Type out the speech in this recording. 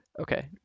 Okay